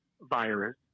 virus